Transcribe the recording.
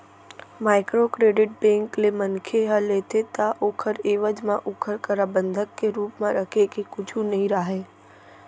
micro credit bank ले मनखे ह लेथे ता ओखर एवज म ओखर करा बंधक के रुप म रखे के कुछु नइ राहय